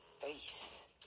face